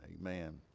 Amen